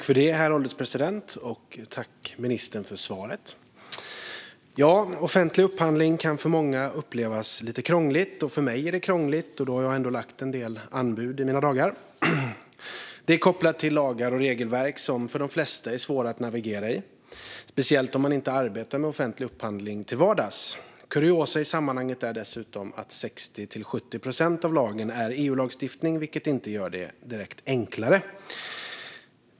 Herr ålderspresident! Jag tackar ministern för svaret. Offentlig upphandling kan för många upplevas som lite krångligt. För mig är det krångligt, och jag har ändå lagt en del anbud i mina dagar. Det är kopplat till lagar och regelverk som för de flesta är svåra att navigera i, speciellt om man inte arbetar med offentlig upphandling till vardags. Kuriosa i sammanhanget är att cirka 60-70 procent av lagen är EU-lagstiftning, vilket inte direkt gör det enklare.